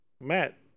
Matt